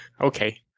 Okay